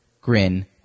grin